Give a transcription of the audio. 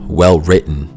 well-written